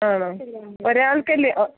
ആണോ ഒരാൾക്കല്ലേ